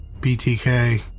BTK